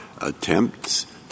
attempts